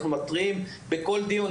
ובכל דיון.